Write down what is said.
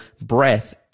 breath